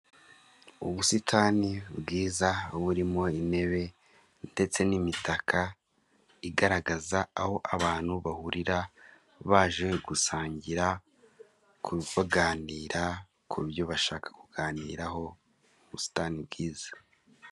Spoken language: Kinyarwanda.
Ubusitani bwiza, burimo intebe ndetse n'imitaka, igaragaza aho abantu bahurira baje gusangira, kuganira ku byo bashaka kuganiraho, ni ubusitani bwiza.